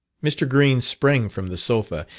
mr. green sprang from the sofa,